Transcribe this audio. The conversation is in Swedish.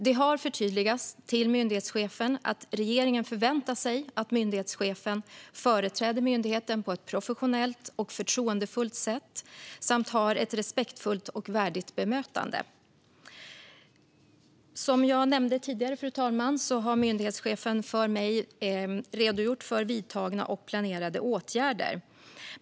Det har förtydligats till myndighetschefen att regeringen förväntar sig att myndighetschefen företräder myndigheten på ett professionellt och förtroendefullt sätt samt har ett respektfullt och värdigt bemötande. Som jag nämnde tidigare, fru talman, har myndighetschefen för mig redogjort för vidtagna och planerade åtgärder.